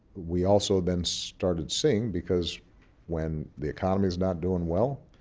we also then started seeing because when the economy's not doing well,